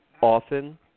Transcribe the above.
often